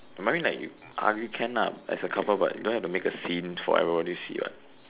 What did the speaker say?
married like argue can ah as a couple but you don't have to make a scene for everybody to see what